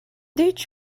did